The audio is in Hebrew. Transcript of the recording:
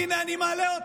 הינה אני מעלה אותה,